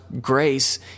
grace